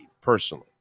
personally